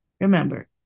Remember